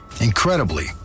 Incredibly